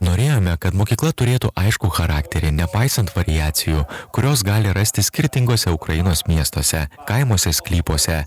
norėjome kad mokykla turėtų aiškų charakterį nepaisant variacijų kurios gali rastis skirtinguose ukrainos miestuose kaimuose sklypuose